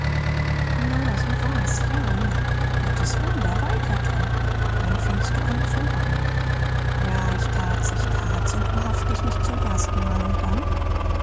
na so war's ja na gottes wunder weiter tom und dann fingst du an zu weinen ja ich tat's ich tat's und wahrhaftig nicht zum erstenmal und dann